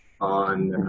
on